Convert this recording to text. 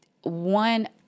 One